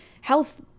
health